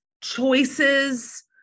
choices